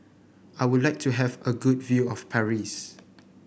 I would like to have a good view of Paris